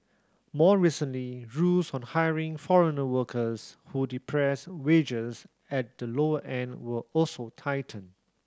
more recently rules on hiring foreign workers who depress wages at the lower end were also tightened